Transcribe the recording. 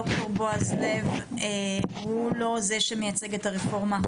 ד"ר בועז לב הוא לא זה שמייצג את הרפורמה,